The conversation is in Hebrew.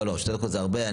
לא, לא, שתי דקות זה הרבה.